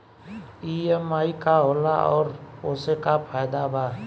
EMI का होला और ओसे का फायदा बा?